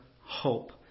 hope